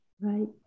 right